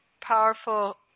powerful